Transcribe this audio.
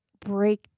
break